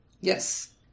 Yes